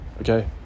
Okay